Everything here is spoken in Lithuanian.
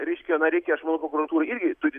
reiškia na reikia aš manau kad prokuratūra irgi turi